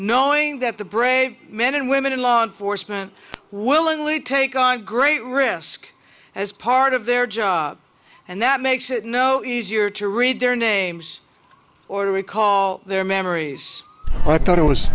knowing that the brave men and women in law enforcement willingly take on great risk as part of their job and that makes it no easier to read their names or recall their memories i thought it was